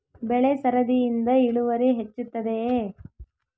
ಬೆಳೆ ಸರದಿಯಿಂದ ಇಳುವರಿ ಹೆಚ್ಚುತ್ತದೆಯೇ?